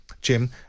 Jim